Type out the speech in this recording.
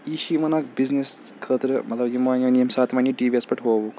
یہِ چھِ یِمَن اَکھ بِزنس خٲطرٕ مطلب یِم مانیٚن ییٚمہِ ساتہٕ یِمَن یہِ ٹی وی یَس پٮ۪ٹھ ہووُکھ